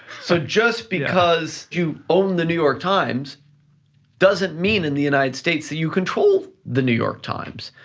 so just because you own the new york times doesn't mean in the united states that you control the new york times.